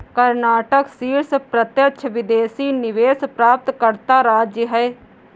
कर्नाटक शीर्ष प्रत्यक्ष विदेशी निवेश प्राप्तकर्ता राज्य है